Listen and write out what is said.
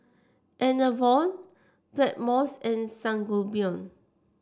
Enervon Blackmores and Sangobion